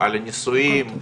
על הנישואים,